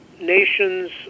nations